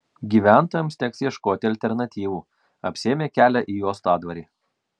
gyventojams teks ieškoti alternatyvų apsėmė kelią į uostadvarį